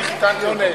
אני חיתנתי אותו.